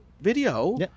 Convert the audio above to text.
video